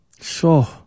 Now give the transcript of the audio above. Sure